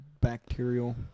bacterial